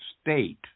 state